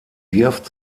wirft